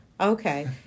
Okay